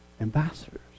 ambassadors